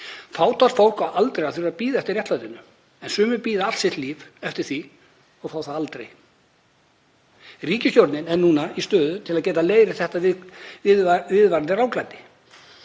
Fátækt fólk á aldrei að þurfa að bíða eftir réttlætinu en sumir bíða allt sitt líf eftir því og fá það aldrei. Ríkisstjórnin er núna í stöðu til að geta leiðrétt þetta viðvarandi